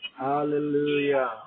Hallelujah